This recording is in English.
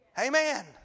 Amen